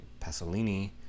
pasolini